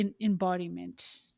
embodiment